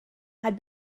had